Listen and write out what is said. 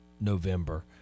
November